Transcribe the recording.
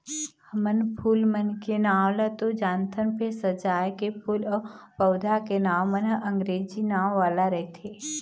हमन फूल मन के नांव ल तो जानथन फेर सजाए के फूल अउ पउधा के नांव मन ह अंगरेजी नांव वाला रहिथे